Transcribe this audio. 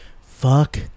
fuck